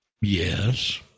Yes